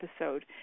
episode